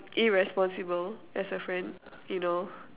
irresponsible as a friend you know